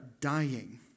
dying